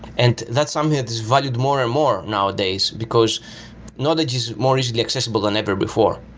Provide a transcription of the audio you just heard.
and that something that is valued more and more nowadays, because knowledge is more easily accessible than ever before,